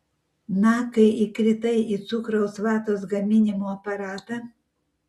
na kai įkritai į cukraus vatos gaminimo aparatą